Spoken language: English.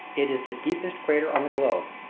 it is the deepest crater on the globe.